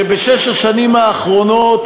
שבשש השנים האחרונות